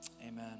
Amen